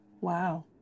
Wow